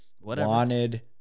wanted